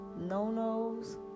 Nonos